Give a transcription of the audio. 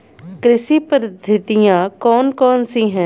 कृषि पद्धतियाँ कौन कौन सी हैं?